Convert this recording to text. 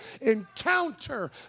encounter